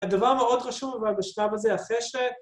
‫הדבר מאוד חשוב אבל בשלב הזה, ‫אחרי ש...